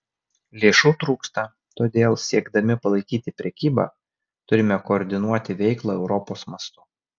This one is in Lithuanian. lėšų trūksta todėl siekdami palaikyti prekybą turime koordinuoti veiklą europos mastu